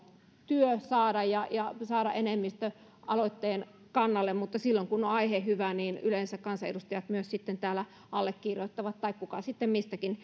työ saada ja ja saada enemmistö aloitteen kannalle mutta silloin kun on aihe hyvä yleensä kansanedustajat myös sen täällä allekirjoittavat tai kuka sitten mistäkin